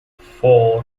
four